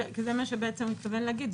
זה מה שבעצם הוא מתכוון להגיד.